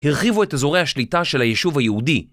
הרחיבו את אזורי השליטה של היישוב היהודי.